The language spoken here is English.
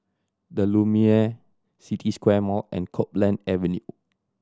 The Lumiere City Square Mall and Copeland Avenue